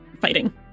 fighting